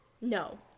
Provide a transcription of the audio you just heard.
no